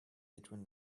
between